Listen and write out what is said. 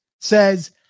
says